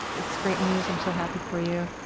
it's great news. i'm so happy for you.